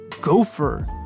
Gopher